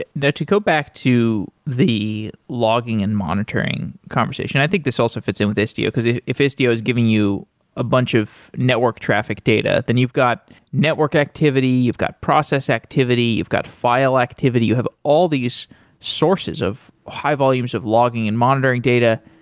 to go back to the logging and monitoring conversation, i think this also fits in with istio, because if if istio is giving you a bunch of network traffic data, then you've got network activity, you've got process activity, you've got file activity. you have all these sources of high volumes of logging and monitoring data.